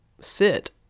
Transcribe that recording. sit